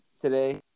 Today